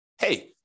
hey